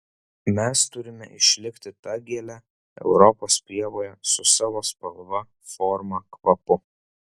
mes turime išlikti ta gėle europos pievoje su savo spalva forma kvapu